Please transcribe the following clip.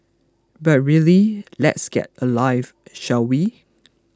but really let's get a life shall we